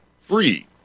free